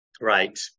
Right